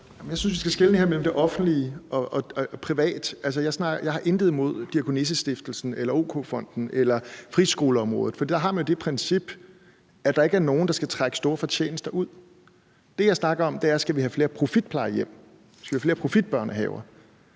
Jeg synes, at vi her skal skelne mellem det offentlige og det private. Jeg har intet imod Diakonissestiftelsen eller OK-Fonden eller friskoleområdet, for der har man jo det princip, at der ikke er nogen, der skal trække store fortjenester ud. Det, jeg snakker om, er, om vi skal have flere profitplejehjem og flere profitbørnehaver.